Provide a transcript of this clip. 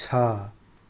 छ